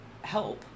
help